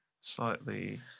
slightly